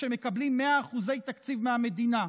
שמקבלים 100% תקציב מהמדינה,